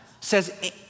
says